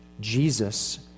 Jesus